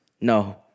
No